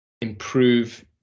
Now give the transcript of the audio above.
improve